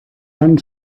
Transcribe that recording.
man